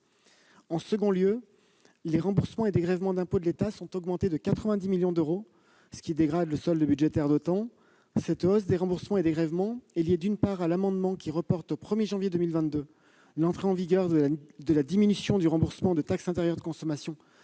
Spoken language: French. En second lieu, les remboursements et dégrèvements d'impôts de l'État sont augmentés de 90 millions d'euros, ce qui dégrade d'autant le solde budgétaire. Cette hausse des remboursements et dégrèvements est liée, d'une part, à l'amendement qui visait à reporter au 1 janvier 2022 l'entrée en vigueur de la diminution du remboursement de taxe intérieure de consommation